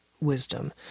wisdom